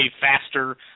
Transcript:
faster